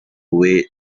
way